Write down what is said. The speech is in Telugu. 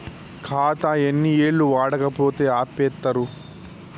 ఖాతా ఎన్ని ఏళ్లు వాడకపోతే ఆపేత్తరు?